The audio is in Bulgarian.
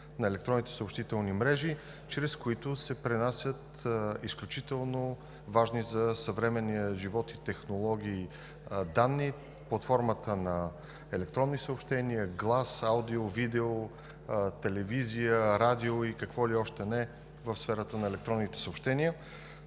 на електронните съобщителни мрежи, чрез които се пренасят изключително важни за съвременния живот и технологии данни, платформата на електронни съобщения, глас, аудио, видео, телевизия, радио и какво ли още не в сферата на електронните съобщения.